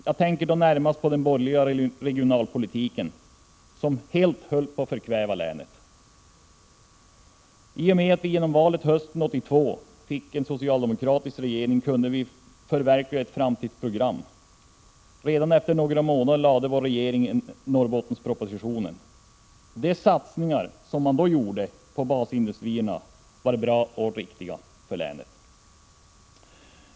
Jag tänker då närmast på den borgerliga regionalpolitiken som helt höll på att förkväva länet. I och med att vi genom valet hösten 1982 åter fick en socialdemokratisk regering kunde vi förverkliga ett framtidsprogram. Redan efter några månader lade regeringen fram Norrbottenspropositionen. De satsningar som då gjordes på basindustrierna var bra och riktiga för länet.